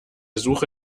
suche